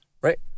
Right